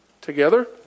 together